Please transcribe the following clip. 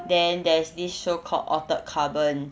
then there's this show called altered carbon